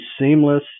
seamless